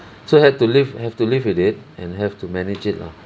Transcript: so had to live have to live with it and have to manage it lah